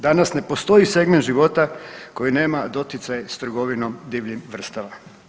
Danas ne postoji segment života koji nema doticaj s trgovinom divljim vrstama.